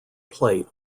plate